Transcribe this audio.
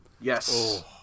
Yes